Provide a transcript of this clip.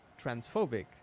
transphobic